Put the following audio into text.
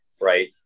Right